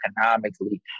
economically